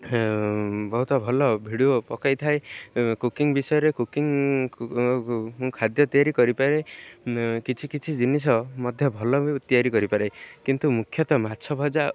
ବହୁତ ଭଲ ଭିଡ଼ିଓ ପକାଇଥାଏ କୁକିଂ ବିଷୟରେ କୁକିଂ ଖାଦ୍ୟ ତିଆରି କରିପାରେ କିଛି କିଛି ଜିନିଷ ମଧ୍ୟ ଭଲ ବି ତିଆରି କରିପାରେ କିନ୍ତୁ ମୁଖ୍ୟତଃ ମାଛ ଭଜା